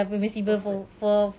offered